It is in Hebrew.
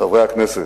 חברי הכנסת,